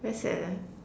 very sad leh